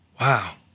Wow